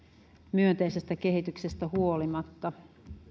myönteisestä kehityksestä huolimatta